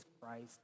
Christ